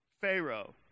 Pharaoh